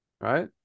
Right